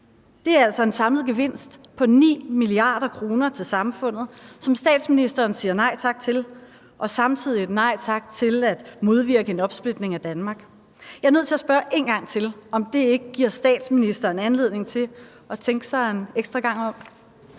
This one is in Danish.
Det er altså en samlet gevinst på 9 mia. kr. til samfundet, som statsministeren siger nej tak til – og det er samtidig et nej tak til at modvirke en opsplitning af Danmark. Jeg er nødt til at spørge en gang til, om det ikke giver statsministeren anledning til at tænke sig en ekstra gang om.